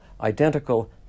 identical